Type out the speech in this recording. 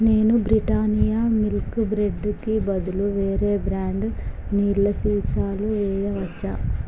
నేను బ్రిటానియా మిల్క్ బ్రెడ్కి బదులు వేరే బ్రాండ్ నీళ్ళ సీసాలు వెయ్యవచ్చా